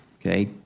Okay